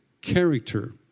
character